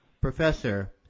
Professor